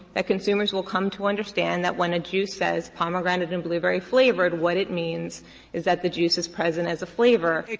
that consumers will come to understand that when a juice says pomegranate and blueberry flavored, what it means is that the juice is present as a flavor.